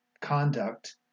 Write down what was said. conduct